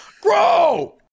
Grow